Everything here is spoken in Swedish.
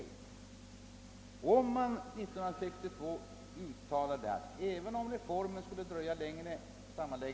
Eftersom man 1962 uttalade att kommunsammanläggningsreformen, även om den skulle dra ut på.